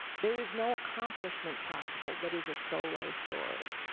there is no accomplishment possible that is a solo story.